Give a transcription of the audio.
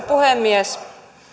puhemies